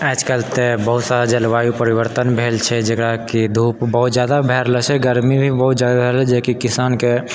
आजकल तऽ बहुत सारा जलवायु परिवर्तन भेल छै जकरा कि धूप बहुत ज्यादा भए रहल छै गर्मी भी बहुत ज्यादा भए रहल छै जेकि किसानकेँ